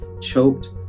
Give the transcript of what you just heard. choked